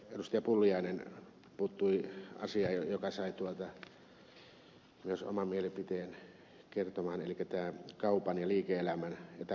pulliainen puuttui asiaan joka sai myös oman mielipiteeni kertomaan elikkä tähän kaupan ja liike elämän etabloitumiseen